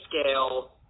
scale